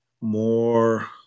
more